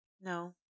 no